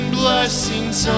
blessings